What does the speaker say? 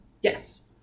Yes